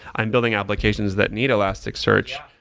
i'm building applications that need elastic search.